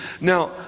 Now